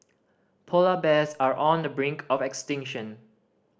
polar bears are on the brink of extinction